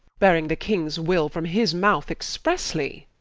bearing the kings will from his mouth expressely?